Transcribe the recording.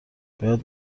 باید